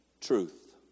Truth